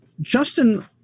Justin